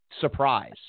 surprise